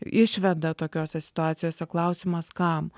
išveda tokiose situacijose klausimas kam